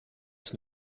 ist